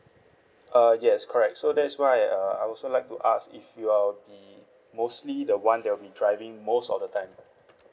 uh yes correct so that's why uh I also like to ask if you are the mostly the one that will be driving most of the time